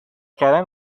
کردن